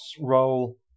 roll